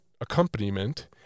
accompaniment